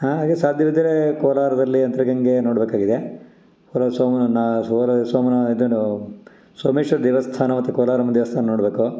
ಹಾಗೆ ಸಾಧ್ಯವಿದ್ದರೆ ಕೋಲಾರದಲ್ಲಿ ಅಂತರಗಂಗೆ ನೋಡಬೇಕಾಗಿದೆ ಸೋಮನ ಸೋಮೇಶ್ವರ ದೇವಸ್ಥಾನ ಮತ್ತು ಕೋಲಾರಮ್ಮನ ದೇವಸ್ಥಾನ ನೋಡಬೇಕು